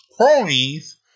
cronies